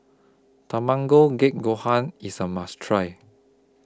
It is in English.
Tamago Kake Gohan IS A must Try